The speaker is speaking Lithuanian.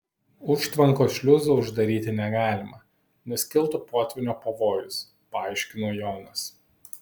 užtvankos šliuzų uždaryti negalima nes kiltų potvynio pavojus paaiškino jonas